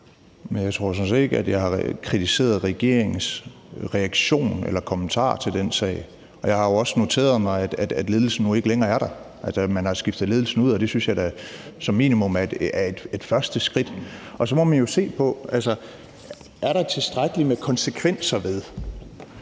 Jeg tror sådan set ikke, jeg har kritiseret regeringens reaktion eller kommentarer til den sag. Jeg har jo også noteret mig, at ledelsen nu ikke længere er der, altså at man har skiftet ledelsen ud, og det synes jeg da som minimum er et første skridt. Så må man jo se på, om der er tilstrækkelig med konsekvenser ved,